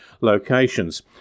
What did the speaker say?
locations